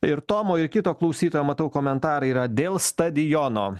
ir tomo ir kito klausytojo matau komentarai yra dėl stadiono